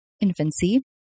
infancy